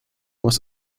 was